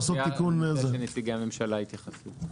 אני רוצה שנציגי הממשלה יתייחסו לזה.